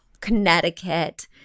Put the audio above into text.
Connecticut